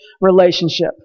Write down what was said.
relationship